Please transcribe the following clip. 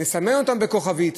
לסמן אותם בכוכבית